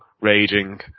raging